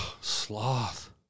Sloth